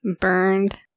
Burned